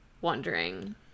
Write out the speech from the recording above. wondering